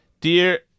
dear